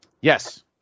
Yes